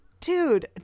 Dude